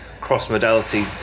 cross-modality